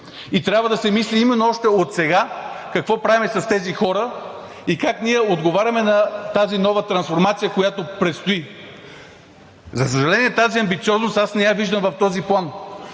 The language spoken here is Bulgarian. Трябва да се мисли именно още отсега: какво правим с тези хора и как отговаряме на тази нова трансформация, която предстои? За съжаление, тази амбициозност не я виждам в този план.